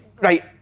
right